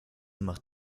macht